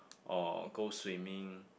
or go swimming